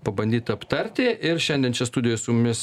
pabandyt aptarti ir šiandien čia studijoj su mumis